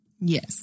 Yes